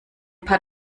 paar